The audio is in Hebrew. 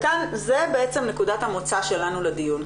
זו בעצם נקודת המוצא שלנו לדיון,